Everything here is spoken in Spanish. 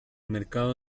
mercado